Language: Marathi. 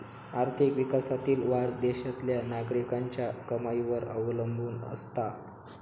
आर्थिक विकासातील वाढ देशातल्या नागरिकांच्या कमाईवर अवलंबून असता